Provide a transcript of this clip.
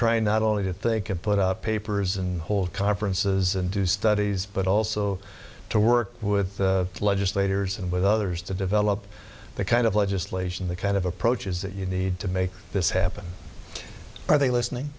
trying not only that they can put up papers and hold conferences and do studies but also to work with legislators and with others to develop the kind of legislation the kind of approaches that you need to make this happen are they listening